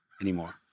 anymore